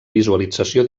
visualització